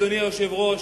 אדוני היושב-ראש,